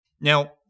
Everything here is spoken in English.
Now